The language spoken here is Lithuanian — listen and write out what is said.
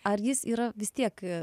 ar jis yra vis tiek